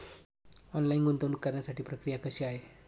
Online गुंतवणूक करण्यासाठी प्रक्रिया कशी आहे?